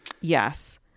yes